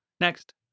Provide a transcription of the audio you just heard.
Next